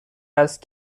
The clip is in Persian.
است